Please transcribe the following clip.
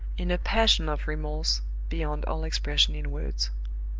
in a passion of remorse beyond all expression in words.